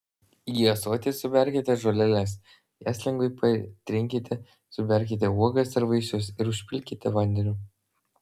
į ąsotį suberkite žoleles jas lengvai patrinkite suberkite uogas ar vaisius ir užpilkite vandeniu